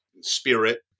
spirit